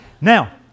Now